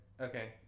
Okay